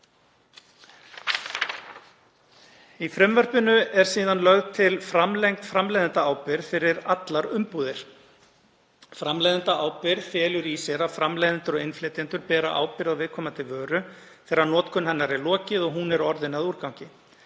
Í frumvarpinu er síðan lögð til framlengd framleiðendaábyrgð fyrir allar umbúðir. Framleiðendaábyrgð felur í sér að framleiðendur og innflytjendur bera ábyrgð á viðkomandi vöru þegar notkun hennar er lokið og hún er orðin að úrgangi.